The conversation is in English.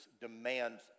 demands